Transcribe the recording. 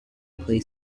play